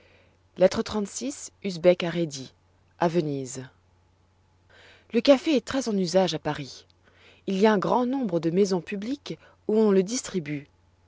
lettre xxxvi usbek à rhédi à venise l e café est très en usage à paris il y a un grand nombre de maisons publiques où on le distribue